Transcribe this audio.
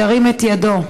ירים את ידו.